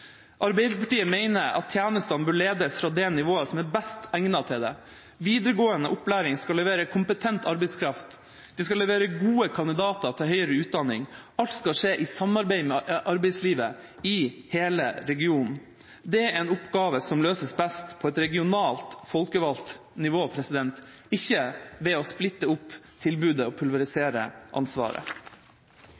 Arbeiderpartiet mener at tjenestene bør ledes fra det nivået som er best egnet til det. Videregående opplæring skal levere kompetent arbeidskraft, den skal levere gode kandidater til høyere utdanning. Alt skal skje i samarbeid med arbeidslivet i hele regionen. Det er en oppgave som løses best på et regionalt, folkevalgt nivå, ikke ved å splitte opp tilbudet og pulverisere ansvaret.